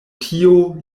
tio